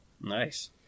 Nice